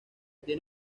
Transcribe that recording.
tiene